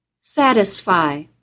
Satisfy